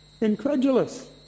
Incredulous